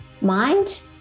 mind